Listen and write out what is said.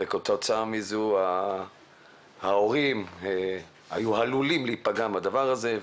וכתוצאה מזה ההורים היו עלולים להיפגע מהדבר הזה.